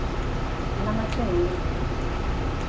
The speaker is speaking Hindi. नमस्ते मैम नमस्ते